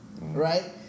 right